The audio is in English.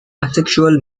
asexual